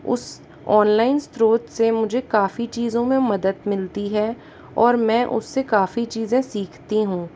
उस ऑनलाइन स्रोत से मुझे काफी चीज़ों में मदत मिलती है और मैं उससे काफी चीज़ें सीखती हूँ